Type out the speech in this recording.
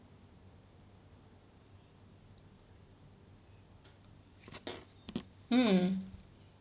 mm